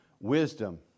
wisdom